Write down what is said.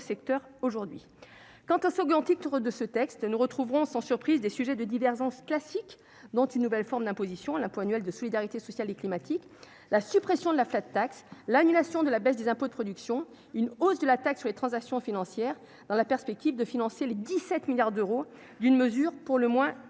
secteurs aujourd'hui quant au second titre de ce texte, nous retrouverons sans surprise des sujets de divergence classique dont une nouvelle forme d'imposition la peau annuelle de solidarité sociale et climatique, la suppression de la flat tax, l'annulation de la baisse des impôts, de production, une hausse de la taxe sur les transactions financières dans la perspective de financer les 17 milliards d'euros d'une mesure pour le moins